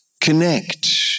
connect